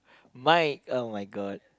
Mike oh-my-god